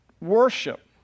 worship